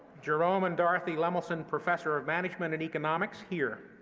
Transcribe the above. jerome and dorothy lemelson professor of management and economics here,